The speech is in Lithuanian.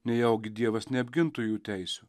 nejaugi dievas neapgintų jų teisių